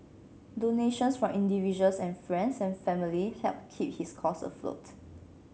donations from individuals and friends and family helped keep his cause afloat